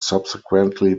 subsequently